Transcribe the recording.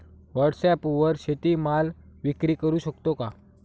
व्हॉटसॲपवर शेती माल विक्री करु शकतो का?